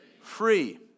free